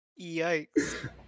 Yikes